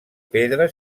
pedra